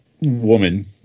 woman